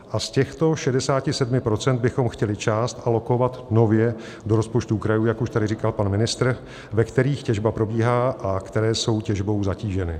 Z těchto 67 % bychom chtěli část nově alokovat do rozpočtů krajů, jak už tady říkal pan ministr, ve kterých těžba probíhá a které jsou těžbou zatíženy.